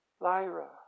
Lyra